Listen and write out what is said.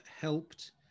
helped